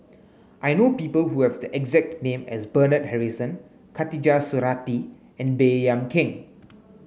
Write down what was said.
I know people who have the exact name as Bernard Harrison Khatijah Surattee and Baey Yam Keng